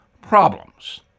problems